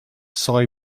sci